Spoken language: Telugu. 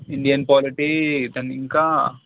Indian polity తనదింకా